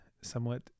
somewhat